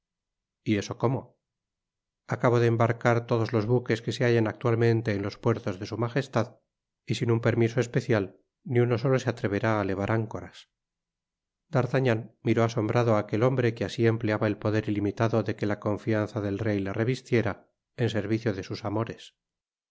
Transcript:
y eso cómo acabo de embargar todos los buques que se hallan actualmente en los puertos de su majestad y sin un permiso especial ni uno solo se atreverá á tevar áncoras d'artagnan miró asombrando á aquel hombre que asi empleaba el poder itimitado de que la confianza del rey le revistiera en servicio de sus amores